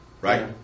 Right